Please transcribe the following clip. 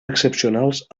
excepcionals